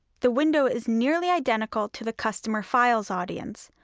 the window is nearly identical to the customer files audience,